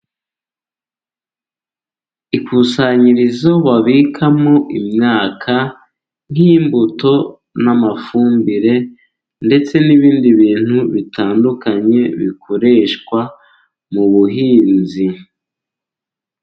Ikusanyirizo babikamo imyaka nk'imbuto n'amafumbire ndetse n'ibindi bintu bitandukanye bikoreshwa mu buhinzi.